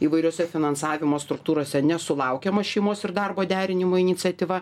įvairiose finansavimo struktūrose nesulaukiama šeimos ir darbo derinimo iniciatyva